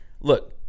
Look